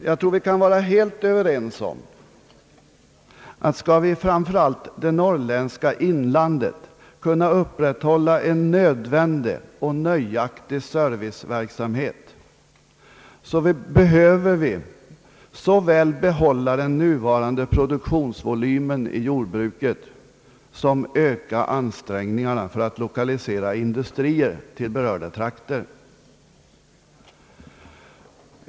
Jag tror att vi kan vara helt överens om att vi, om vi framför allt i Norrlands inland skall kunna upprätthålla en nödvändig och nöjaktig serviceverksamhet, behöver såväl behålla den nuvarande produktionsvolymen i jordbruket som öka ansträngningarna för att lokalisera industrier till berörda trakter.